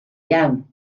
iawn